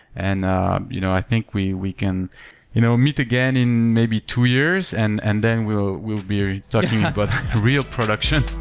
and ah you know i think we we can you know meet again in maybe two years and and then we'll we'll be talking about but real production.